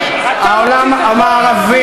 כשהעולם המערבי,